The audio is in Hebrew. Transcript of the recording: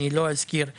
לא אזכיר שמות.